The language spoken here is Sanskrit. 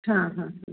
हा हा हा